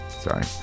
Sorry